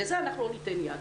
לזה אנחנו לא ניתן יד.